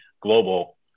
global